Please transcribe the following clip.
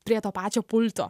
prie to pačio pulto